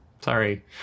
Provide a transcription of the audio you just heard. Sorry